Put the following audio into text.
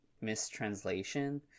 mistranslation